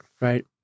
Right